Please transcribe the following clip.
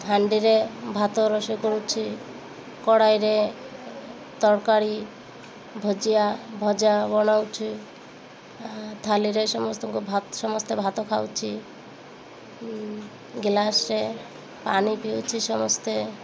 ହାଣ୍ଡିରେ ଭାତ ରୋଷେଇ କରୁଛି କଡ଼ାଇରେ ତରକାରୀ ଭଜିଆ ଭଜା ବନାଉଛି ଥାଲିରେ ସମସ୍ତଙ୍କ ସମସ୍ତେ ଭାତ ଖାଉଛି ଗିଲାସରେ ପାଣି ପିଉଛି ସମସ୍ତେ